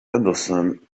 henderson